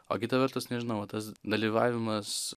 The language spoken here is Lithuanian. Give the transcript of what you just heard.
o kita vertus nežinau va tas dalyvavimas